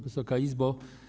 Wysoka Izbo!